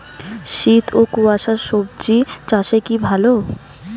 শীত ও কুয়াশা স্বজি চাষে কি ভালো?